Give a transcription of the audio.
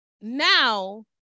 Now